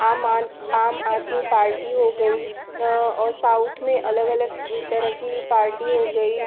आम आम आदमी पार्टी हो गई और साउथ में अलग अलग तरह की पार्टी हो गई